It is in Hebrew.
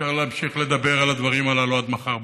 אפשר להמשיך לדבר על הדברים הללו עד מחר בבוקר.